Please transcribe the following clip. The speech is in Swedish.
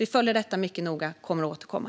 Vi följer detta mycket noga och kommer att återkomma.